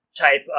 type